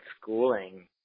schooling